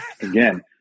again